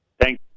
Thank